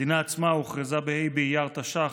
המדינה עצמה הוכרזה בה' באייר תש"ח,